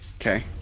Okay